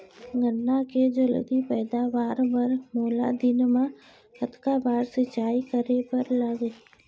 गन्ना के जलदी पैदावार बर, मोला दिन मा कतका बार सिंचाई करे बर लागही?